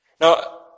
Now